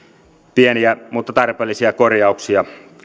pieniä mutta tarpeellisia korjauksia kaikki